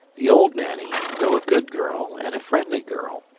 the old nanny, though a good girl, and a friendly girl,